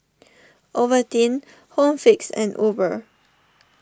Ovaltine Home Fix and Uber